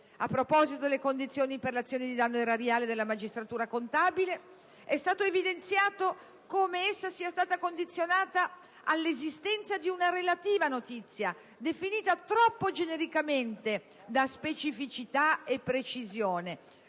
A proposito delle condizioni per l'azione di danno erariale della magistratura contabile, è stato evidenziato come essa fosse condizionata dall'esistenza di una notizia di danno definita troppo genericamente «specifica e precisa» e